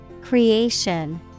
Creation